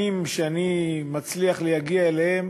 הנתונים שאני מצליח להגיע אליהם,